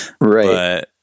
Right